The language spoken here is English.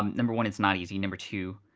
um number one, it's not easy. number two,